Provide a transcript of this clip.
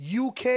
UK